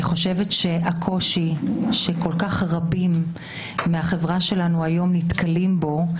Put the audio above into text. זה קושי שרבים בחברה שלנו היום נתקלים בו.